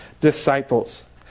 disciples